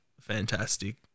fantastic